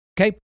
okay